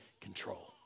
control